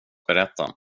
berätta